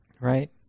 right